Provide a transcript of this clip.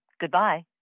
Goodbye